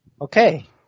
Okay